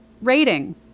rating